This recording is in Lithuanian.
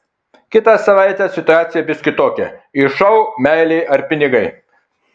kitą savaitę situacija bus kitokia į šou meilė ar pinigai